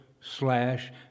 slash